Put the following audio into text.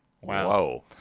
Wow